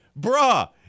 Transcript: bruh